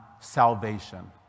salvation